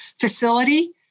facility –